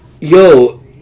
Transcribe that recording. Yo